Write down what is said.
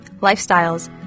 lifestyles